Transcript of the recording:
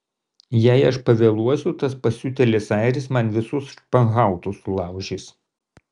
jei aš pavėluosiu tas pasiutėlis airis man visus španhautus sulaužys